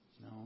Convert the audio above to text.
No